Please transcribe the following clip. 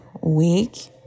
week